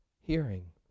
hearing